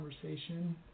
conversation